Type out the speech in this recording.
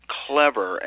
clever